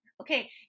okay